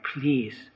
please